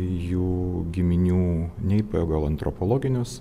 jų giminių nei pagal antropologinius